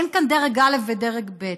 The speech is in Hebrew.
אין כאן דרג א' ודרג ב'.